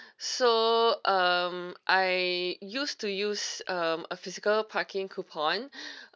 so um I used to use um a physical parking coupon